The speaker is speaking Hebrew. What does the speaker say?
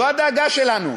זו הדאגה שלנו,